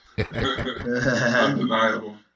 Undeniable